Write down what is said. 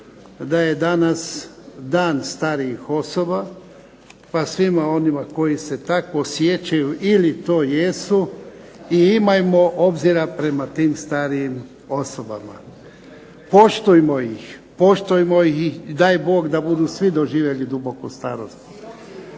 da je danas Dan starijih osoba pa svim onima koji se tako osjećaju ili to jesu i imajmo obzira prema tim starijim osobama, poštujmo ih. Poštujmo ih i daj Bog da budu svi doživjeli duboku starost.